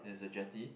it has a jetty